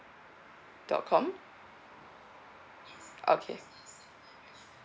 dot com okay